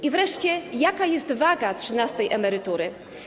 I wreszcie jaka jest waga trzynastej emerytury?